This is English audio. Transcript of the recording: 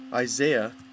Isaiah